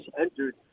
entered